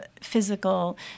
physical